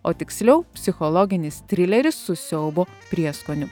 o tiksliau psichologinis trileris su siaubo prieskoniu